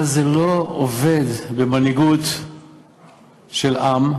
אבל זה לא עובד במנהיגות של עם,